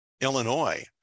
Illinois